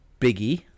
Biggie